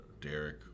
Derek